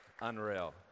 Unreal